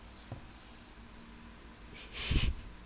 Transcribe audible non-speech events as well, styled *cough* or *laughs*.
*laughs*